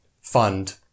fund